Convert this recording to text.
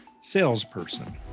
salesperson